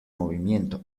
movimiento